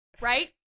right